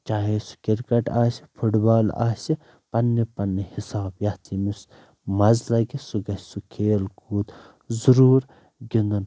چاہے سُہ کِرکٹ آسہِ فٹ بال آسہِ پننہِ پننہِ حساب یتھ ییٚمس مزٕ لگہِ سُہ گژھِ سُہ کھیل کوٗد ضروٗر گندُن